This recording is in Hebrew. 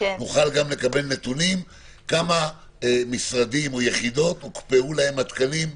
נוכל גם לקבל נתונים כמה משרדים או יחידות הוקפאו להם התקנים,